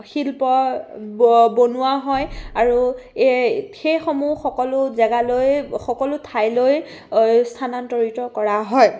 শিল্প বনোৱা হয় আৰু এই সেইসমূহ সকলো জেগালৈ সকলো ঠাইলৈ স্থানান্তৰিত কৰা হয়